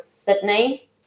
Sydney